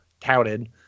touted